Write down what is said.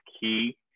key